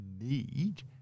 need